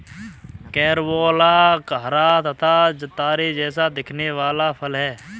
carambola हरा तथा तारे जैसा दिखने वाला फल है